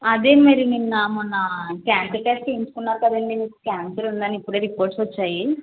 అదే మరి నిన్న మొన్న క్యాన్సర్ టెస్ట్ చేయించుకున్నారు కదా మీకు క్యాన్సర్ ఉందని ఇప్పుడు రేపోర్ట్స్ వచ్చాయి